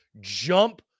jump